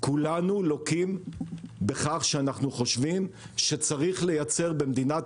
כולנו לוקים בכך שאנחנו חושבים שצריך לייצר במדינת